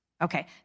Okay